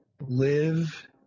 live